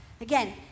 again